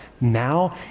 now